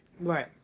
Right